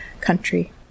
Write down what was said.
country